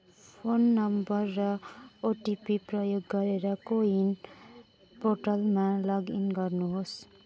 phone number र OTP प्रयोग गरेर कोविन पोर्टलमा लगइन गर्नुहोस्